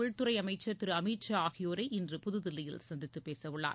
உள்துறை அமைச்சர் திரு அமித் ஷா ஆகியோரை இன்று புதுதில்லியில் சந்தித்து பேச உள்ளார்